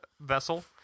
vessel